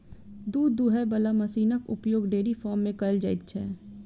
दूध दूहय बला मशीनक उपयोग डेयरी फार्म मे कयल जाइत छै